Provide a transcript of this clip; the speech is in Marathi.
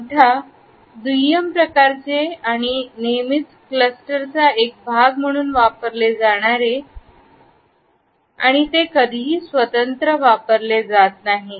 अंगठा आहे दुय्यम प्रकारचे आणि आणि नेहमीच क्लस्टरचा एक भाग म्हणून वापरले जाते ते कधीही स्वतंत्र वापरले जात नाहीत